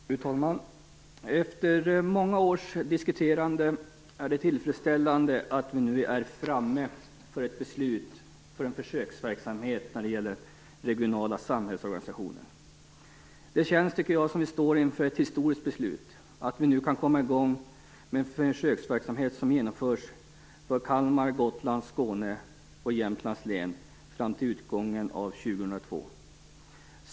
Fru talman! Efter många års diskuterande är det tillfredsställande att vi nu är framme vid ett beslut om en försöksverksamhet med regionala samhällsorganisationer. Jag tycker att det känns som vi står inför ett historiskt beslut. Nu kan vi komma i gång med en försöksverksamhet som genomförs i Kalmar, Gotlands, Skåne och Jämtlands län fram till utgången av år 2002.